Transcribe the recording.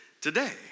today